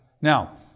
now